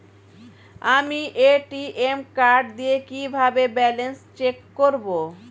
আমি ATM card দিয়ে কিভাবে ব্যালেন্স চেক করব?